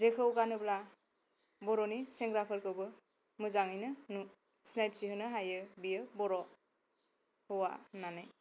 जेखौ गानोब्ला बर'नि सेंग्राफोरखौबो मोजाङैनो सिनायथिहोनो हायो बेयो बर' हौवा होननानै